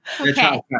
Okay